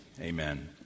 Amen